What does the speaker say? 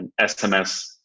SMS